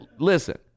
Listen